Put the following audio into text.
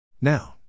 Now